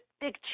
big